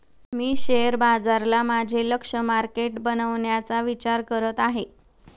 मी share बाजाराला माझे लक्ष्य मार्केट बनवण्याचा विचार करत आहे